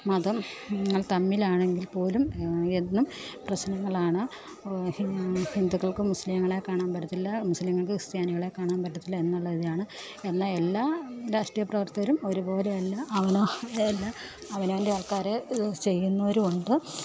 മതങ്ങൾ തമ്മിലാണെങ്കിൽ പോലും എന്നും പ്രശ്നങ്ങളാണ് ഹിന്ദുക്കൾക്ക് മുസ്ലീങ്ങളെ കാണാൻ പറ്റത്തില്ല മുസ്ലിങ്ങൾക്ക് ക്രിസ്ത്യാനികളെ കാണാൻ പറ്റത്തില്ല എന്നുള്ള ഇതാണ് എന്നാൽ എല്ലാ രാഷ്ട്രീയ പ്രവർത്തകരും ഒരു പോലെയല്ല അവനവൻ്റെ അല്ല അവനവൻ്റെ ആൾക്കാർ ചെയ്യുന്നവരും ഉണ്ട്